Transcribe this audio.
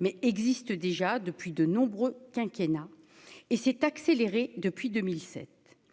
mais déjà depuis de nombreux quinquennat et s'est accélérée depuis 2007